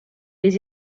les